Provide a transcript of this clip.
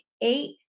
eight